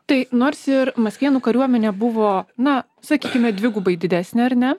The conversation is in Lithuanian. tai nors ir maskvėnų kariuomenė buvo na sakykime dvigubai didesnė ar ne